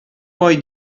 poi